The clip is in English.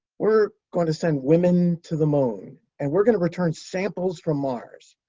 we're going to send women to the moon, and we're going to return samples from mars.